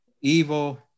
evil